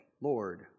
Lord